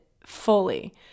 fully